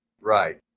Right